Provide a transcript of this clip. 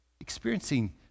experiencing